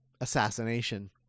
assassination